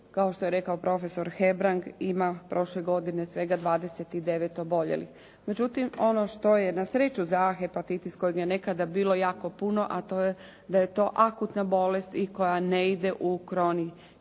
kao što je rekao profesor Hebrang ima prošle godine svega 29 oboljelih. Međutim, ono što je na sreću za A hepatitis kojega je nekada bilo jako puno a to je da to je to akutna bolest i koja ne ide u kronicitet,